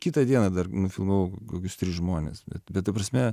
kitą dieną dar nufilmavau kokius tris žmones bet ta prasme